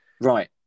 Right